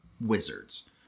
wizards